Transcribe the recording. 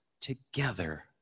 together